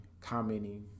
commenting